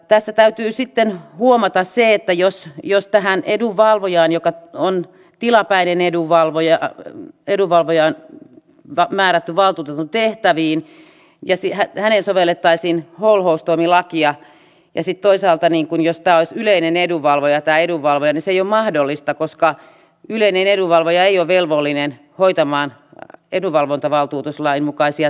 tässä täytyy sitten huomata se että jos tähän edunvalvojaan joka on tilapäinen edunvalvoja ja on määrätty valtuutetun tehtäviin sovellettaisiin holhoustoimilakia ja sitten toisaalta jos tämä edunvalvoja olisi yleinen edunvalvoja se ei ole mahdollista koska yleinen edunvalvoja ei ole velvollinen hoitamaan edunvalvontavaltuutuslain mukaisia tehtäviä